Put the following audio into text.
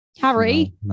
Harry